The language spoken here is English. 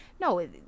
No